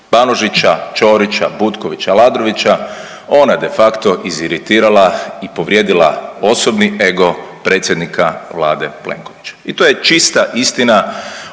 Banožića, Ćorića, Butkovića, Aladrovića ona je de facto iziritirala i povrijedila osobni ego predsjednika Vlade Plenkovića. I to je čista istina